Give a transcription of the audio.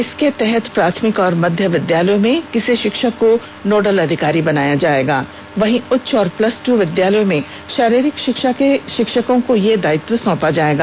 इसके तहत प्राथमिक और मध्य विद्यालयों में किसी शिक्षक को नोडल अधिकारी बनाया जाएगा वहीं उच्च और प्लस दू विद्यालयों में शारीरिक शिक्षा के शिक्षकों को यह दायित्व सौंपा जाएगा